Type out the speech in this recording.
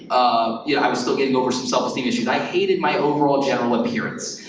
um yeah i was still getting over some self-esteem issues, i hated my overall general appearance.